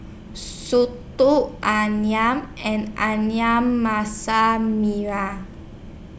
Soto Ayam and Ayam Masak Merah